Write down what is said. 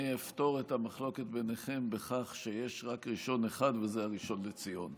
אני אפתור את המחלוקת ביניכם בכך שיש רק ראשון אחד וזה הראשון לציון.